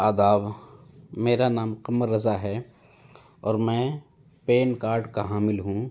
آداب میرا نام قمر رضا ہے اور میں پین کارڈ کا حامل ہوں